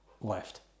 left